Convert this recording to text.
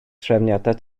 trefniadau